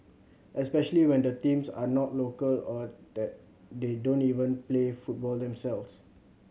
especially when the teams are not local or that they don't even play football themselves